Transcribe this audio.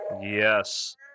Yes